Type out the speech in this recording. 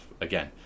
again